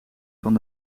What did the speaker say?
van